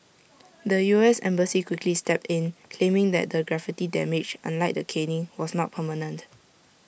the U S embassy quickly stepped in claiming that the graffiti damage unlike the caning was not permanent